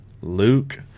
Luke